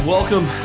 Welcome